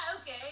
okay